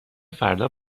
فردا